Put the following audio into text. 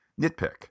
Nitpick